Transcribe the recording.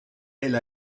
elle